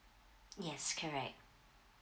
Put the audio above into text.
yes correct